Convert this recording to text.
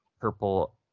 purple